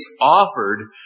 offered